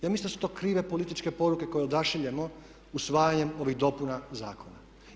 Ja mislim da su to krive političke poruke koje odašiljemo usvajanjem ovih dopuna zakona.